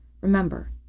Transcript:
Remember